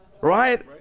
Right